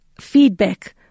feedback